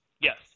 Yes